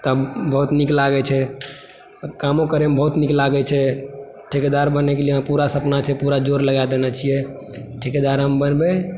तब बहुत नीक लागैत छै कामो करयमे बहुत नीक लागय छै ठेकेदार बनने के लिए पूरा सपना छै पूरा जोर लगा देनय छियै ठिकेदार हम बनबय